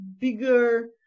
bigger